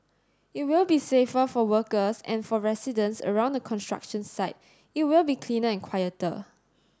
it will be safer for workers and for residents around the construction site it will be cleaner and quieter